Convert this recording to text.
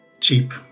cheap